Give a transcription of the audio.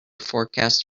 forecast